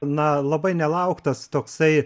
na labai nelauktas toksai